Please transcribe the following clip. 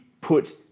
put